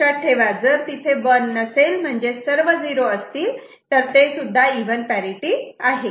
लक्षात ठेवा जर तिथे 1 नसेल म्हणजेच सर्व 0 असतील तर तेसुद्धा इव्हन पॅरिटि आहे